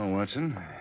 Watson